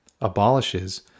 abolishes